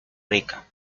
rica